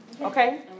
Okay